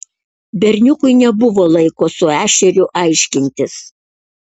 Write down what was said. berniukui nebuvo laiko su ešeriu aiškintis